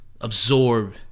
absorb